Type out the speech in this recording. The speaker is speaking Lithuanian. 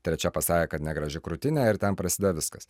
trečia pasakė kad negraži krūtinė ir ten prasidėjo viskas